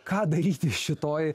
ką daryti šitoj